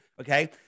Okay